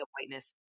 Whiteness